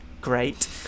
great